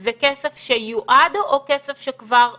זה כסף שיועד או כסף שכבר הוזרם?